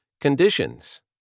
Conditions